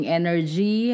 energy